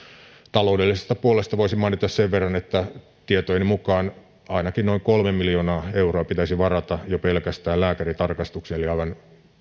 taloudellisesta puolesta voisin mainita sen verran että tietojeni mukaan ainakin noin kolme miljoonaa euroa pitäisi varata jo pelkästään lääkärintarkastuksiin eli aivan